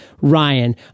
Ryan